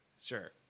Sure